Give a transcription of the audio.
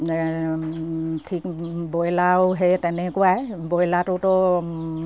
ঠিক ব্ৰইলাৰো সেই তেনেকুৱাই ব্ৰইলাৰটোতো